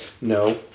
No